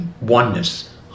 oneness